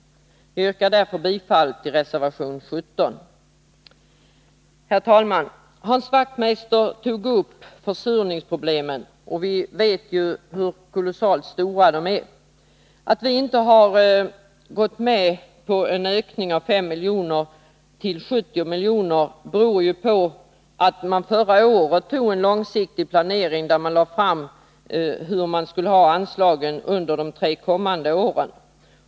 Jag yrkar därför bifall till vår reservation 17. Herr talman! Hans Wachtmeister tog upp försurningsproblemet, och vi vet ju hur kolossalt stort det är. Att vi inte gått med på en ökning av anslaget med 5 milj.kr. till 70 milj.kr. beror på att man förra året beslutade om en långsiktig plan för anslagen under de tre kommande åren.